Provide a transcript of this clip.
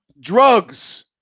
drugs